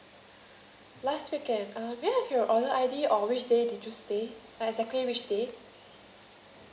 last weekend uh may I have your order I_D or which day did you stay like exactly which day